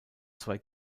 zwei